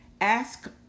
Ask